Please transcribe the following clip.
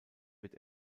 wird